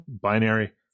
binary